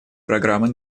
программы